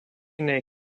nei